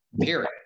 period